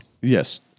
yes